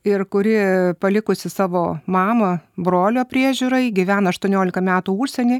ir kuri palikusi savo mamą brolio priežiūrai gyvena aštuoniolika metų užsieny